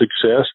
success